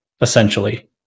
essentially